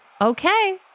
Okay